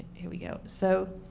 here we go. so,